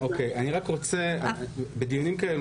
בדיונים כאלה,